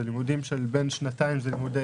זה לימודים של בין שנתיים אם זה לימודי